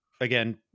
again